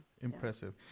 Impressive